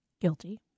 Guilty